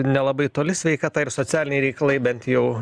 nelabai toli sveikata ir socialiniai reikalai bent jau